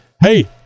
hey